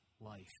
life